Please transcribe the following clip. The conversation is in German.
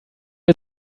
mir